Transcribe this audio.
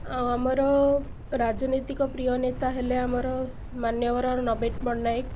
ଆମର ରାଜନୈତିକ ପ୍ରିୟ ନେତା ହେଲେ ଆମର ମାନ୍ୟବର ନବୀନ ପଟ୍ଟନାୟକ